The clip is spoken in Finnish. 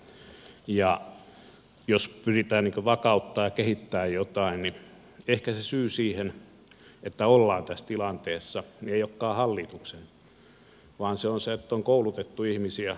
ja jos pyritään vakauttamaan ja kehittämään jotain niin ehkä se syy siihen että ollaan tässä tilanteessa ei olekaan hallituksen vaan se on se että on koulutettu ihmisiä